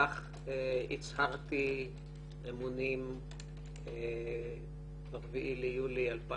כך הצהרתי אמונים ב-4 ליולי 2012,